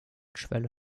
schwelle